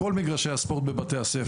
כל מגרשי הספורט בבתי הספר.